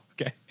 Okay